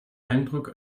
eindruck